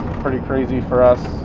pretty crazy for us.